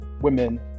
women